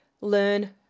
learn